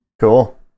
cool